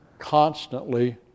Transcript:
constantly